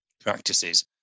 practices